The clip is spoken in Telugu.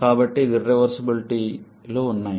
కాబట్టి ఇర్రివర్సబులిటీలు ఉన్నాయి